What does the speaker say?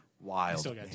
Wild